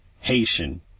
Haitian